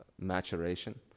maturation